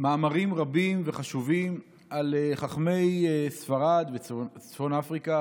מאמרים רבים וחשובים על חכמי ספרד וצפון אפריקה,